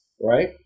right